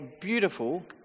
beautiful